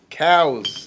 cows